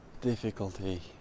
difficulty